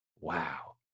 wow